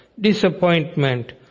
disappointment